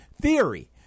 theory